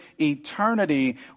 eternity